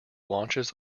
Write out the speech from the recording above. launches